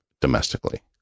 domestically